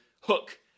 hook